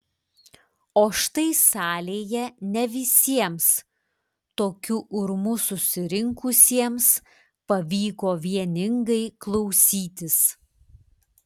o štai salėje ne visiems tokiu urmu susirinkusiems pavyko vieningai klausytis